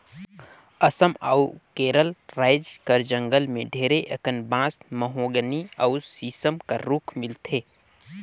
असम अउ केरल राएज कर जंगल में ढेरे अकन बांस, महोगनी अउ सीसम कर रूख मिलथे